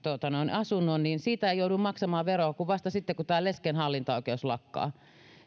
asunnon siitä ei joudu maksamaan veroa kuin vasta sitten kun lesken hallintaoikeus lakkaa